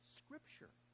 scripture